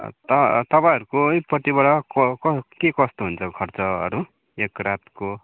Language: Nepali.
तपाईँहरूकै पट्टिबाट कस के कस्तो हुन्छ खर्चहरू एक रातको